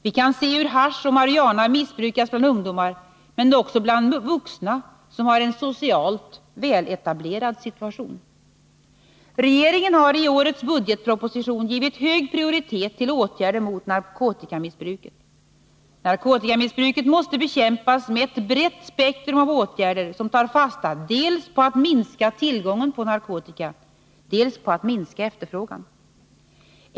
Vi kan se hur hasch och marijuana missbrukas bland ungdomar men också bland vuxna som har en socialt väletablerad situation. Regeringen har i årets budgetproposition givit hög prioritet åt åtgärder mot narkotikamissbruket. Narkotikamissbruket måste bekämpas med ett brett spektrum av åtgärder som tar fasta dels på att minska tillgången på narkotika, dels på att minska efterfrågan.